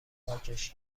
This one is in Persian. پاکش